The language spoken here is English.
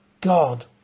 God